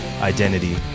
Identity